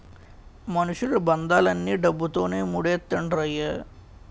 మనుషులు బంధాలన్నీ డబ్బుతోనే మూడేత్తండ్రయ్య